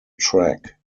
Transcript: track